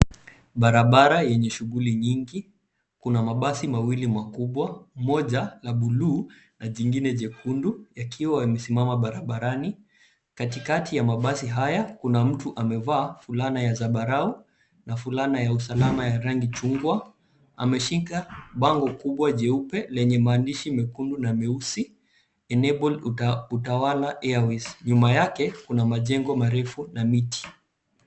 Barabara yenye shughuli nyingi. Kuna basi kubwa, moja ya buluu na jingine jekundu likiwa limesimama barabarani. Katikati ya mabasi haya, kuna mtu amevaa fulana ya zambarau na fulana ya usalama rangi chungwa. Ameshika bango kubwa jeupe lenye maandishi. Nyuma yake kuna majengo marefu na miti.